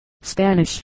Spanish